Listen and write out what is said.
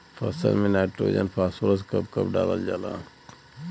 फसल में nitrogen phosphorus कब कब डालल जाला?